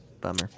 bummer